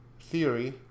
theory